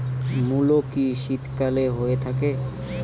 মূলো কি শীতকালে হয়ে থাকে?